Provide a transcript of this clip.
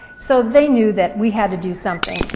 so they knew that we had to do something.